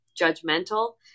judgmental